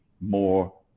more